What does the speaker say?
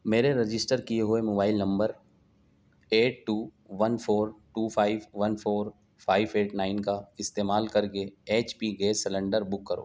میرے رجسٹر کئے ہوئے mobile number eight two one four two five one four five eight nine کا استعمال کر کے H P gas cylinder book کرو